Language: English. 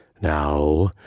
Now